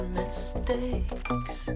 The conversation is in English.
mistakes